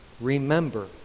remember